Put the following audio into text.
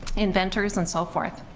inventors and so forth.